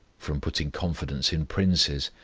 from putting confidence in princes,